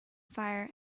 fire